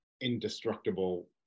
indestructible